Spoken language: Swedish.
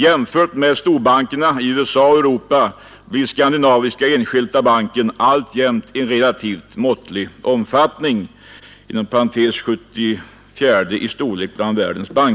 Jämfört med storbankerna i USA och Europa blir Skandinaviska enskilda banken alltjämt av relativt måttlig omfattning .